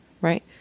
right